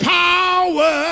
power